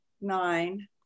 nine